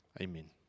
Amen